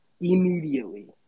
immediately